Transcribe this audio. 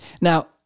Now